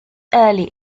early